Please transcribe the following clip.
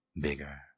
bigger